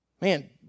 Man